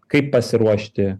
kaip pasiruošti